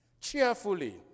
cheerfully